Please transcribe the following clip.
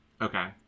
Okay